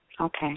Okay